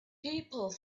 people